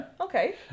Okay